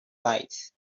lights